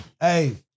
Hey